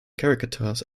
caricatures